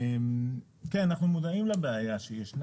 אנחנו מודעים לבעיה שיש.